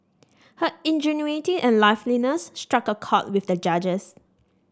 her ingenuity and liveliness struck a chord with the judges